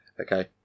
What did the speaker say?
Okay